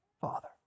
Father